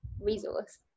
resource